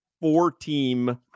four-team